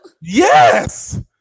Yes